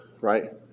right